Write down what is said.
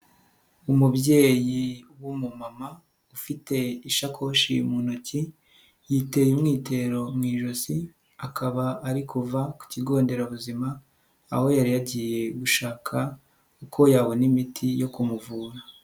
Umubyeyi w'umumama ufite ishakoshi mu ntoki, yitera umwitero mu ijosi, akaba ari kuva ku kigo nderabuzima, aho yari yagiye gushaka uko yabona imiti yo kumuvura.